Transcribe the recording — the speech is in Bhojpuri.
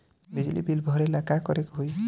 बिजली बिल भरेला का करे के होई?